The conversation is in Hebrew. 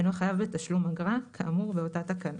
אינו חייב בתשלום אגרה כאמור באותה תקנה.